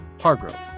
Hargrove